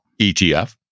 ETF